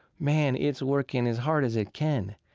man, it's working as hard as it can,